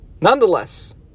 Nonetheless